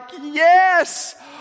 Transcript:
yes